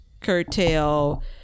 curtail